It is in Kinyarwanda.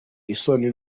isoni